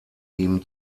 ihm